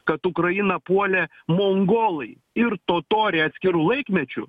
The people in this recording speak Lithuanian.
kad ukrainą puolė mongolai ir totoriai atskiru laikmečiu